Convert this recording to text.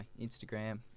instagram